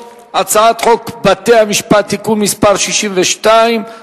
הצעת החוק נתקבלה ותועבר להמשך הכנתה לקריאה שנייה ושלישית בוועדת